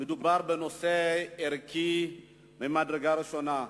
מדובר בנושא ערכי ממדרגה ראשונה.